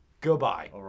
Goodbye